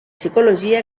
psicologia